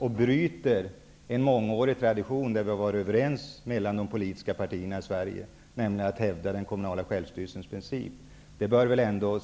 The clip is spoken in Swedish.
Därmed bryts en mångårig tradition som de politiska partierna har varit överens om i Sverige, nämligen principen om den kommunala självstyrelsen. Civilministern bör väl ändå